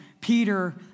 Peter